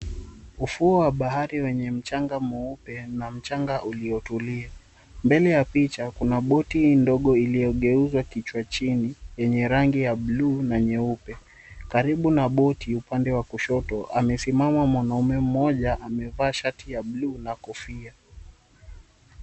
Ufuo wa bahari wenye mchanga mweupe na mchanga uliotulia mbele ya picha kuna boti ndogo iliyogeuza kichwa chini yenye rangi ya blue na nyeupe, karibu na boti upande wa kushoto kumesimama mwanaume mmoja aliyevaa shati ya blue na kofia.